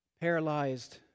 paralyzed